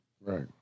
Right